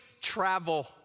travel